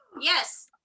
Yes